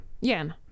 Yen